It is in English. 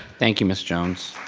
thank you ms. jones.